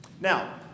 Now